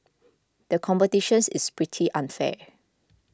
the competitions is pretty unfair